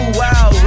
wow